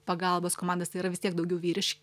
pagalbos komandas tai yra vis tiek daugiau vyriš